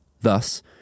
thus